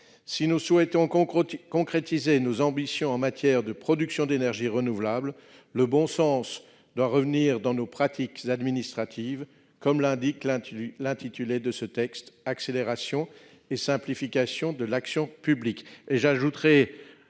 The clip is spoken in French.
Si nous souhaitons concrétiser nos ambitions en matière de production d'énergies renouvelables, le bon sens doit revenir dans nos pratiques administratives, comme l'indique l'intitulé de ce texte, « accélération et simplification de l'action publique ».